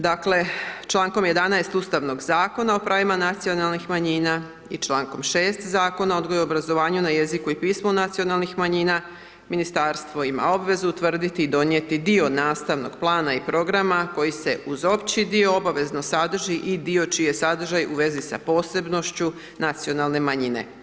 Dakle, člankom 11., Ustavnog zakona o pravima nacionalnih manjina i člankom 6., Zakona o odgoju i obrazovanju na jeziku i pismu nacionalnih manjina, Ministarstvo ima obvezu utvrditi i donijeti dio nastavnog plana i programa koji se uz opći dio obavezno sadrži i dio čiji je sadržaj u vezi sa posebnošću nacionalne manjine.